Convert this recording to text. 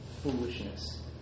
Foolishness